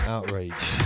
Outrage